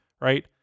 Right